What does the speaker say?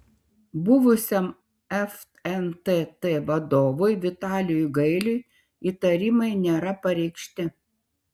buvusiam fntt vadovui vitalijui gailiui įtarimai nėra pareikšti